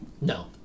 No